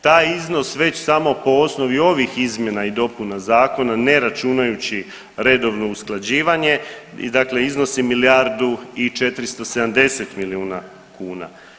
Taj iznos već samo po osnovi ovih izmjena i dopuna zakona ne računajući redovno usklađivanje, dakle iznosi milijardu i 470 milijuna kuna.